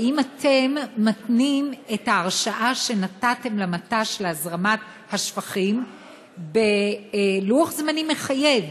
האם אתם מתנים את ההרשאה שנתתם למט"ש להזרמת השפכים בלוח זמנים מחייב?